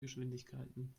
geschwindigkeiten